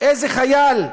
איזה חייל,